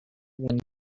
when